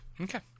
okay